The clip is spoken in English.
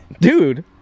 Dude